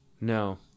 No